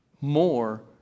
more